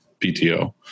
PTO